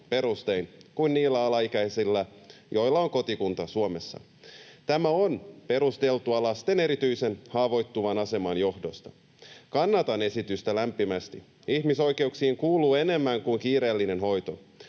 perustein kuin niillä alaikäisillä, joilla on kotikunta Suomessa. Tämä on perusteltua lasten erityisen haavoittuvan aseman johdosta. Kannatan esitystä lämpimästi. Ihmisoikeuksiin kuuluu enemmän kuin kiireellinen hoito.